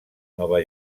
nova